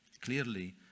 clearly